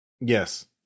Yes